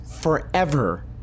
forever